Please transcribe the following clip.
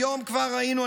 היום כבר ראינו,